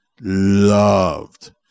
loved